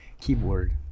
keyboard